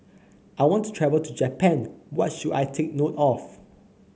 I want to travel to Japan what should I take note of